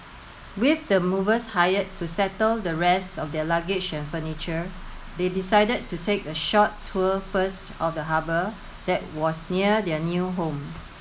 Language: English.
with the movers hired to settle the rest of their luggage and furniture they decided to take a short tour first of the harbour that was near their new home